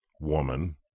woman –